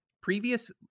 previous